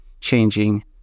changing